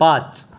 पाच